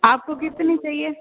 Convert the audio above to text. आपको कितनी चाहिए